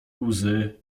łzy